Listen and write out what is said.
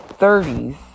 30s